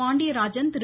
Pandiarajan Thiru